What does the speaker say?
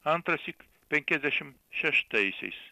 antrąsyk penkiasdešim šeštaisiais